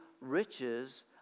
riches